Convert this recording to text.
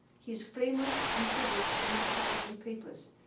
he's famous in physics for not publishing papers.